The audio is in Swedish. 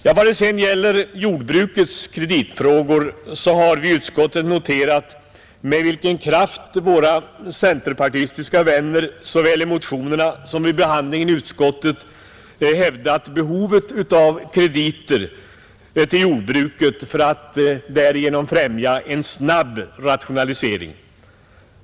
När det sedan gäller jordbrukets kreditfrågor har vi i utskottet noterat med vilken kraft våra centerpartistiska vänner såväl i motionerna som vid behandlingen i utskottet hävdat behovet av krediter till jordbruket för att därigenom främja en snabb rationalisering.